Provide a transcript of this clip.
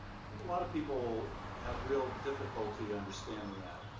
like a lot of people have real difficulty understanding that.